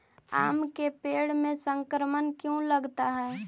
आम के पेड़ में संक्रमण क्यों लगता है?